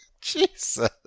Jesus